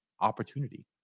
opportunity